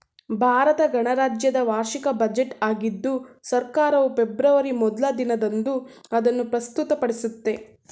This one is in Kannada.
ಭಾರತ ಗಣರಾಜ್ಯದ ವಾರ್ಷಿಕ ಬಜೆಟ್ ಆಗಿದ್ದು ಸರ್ಕಾರವು ಫೆಬ್ರವರಿ ಮೊದ್ಲ ದಿನದಂದು ಅದನ್ನು ಪ್ರಸ್ತುತಪಡಿಸುತ್ತೆ